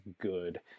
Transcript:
good